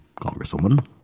Congresswoman